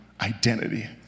identity